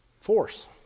force